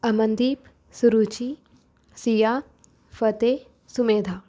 Amandeep Saruchi Shia Fateh ਸੁਮੇਧਾਂ